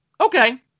Okay